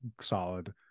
solid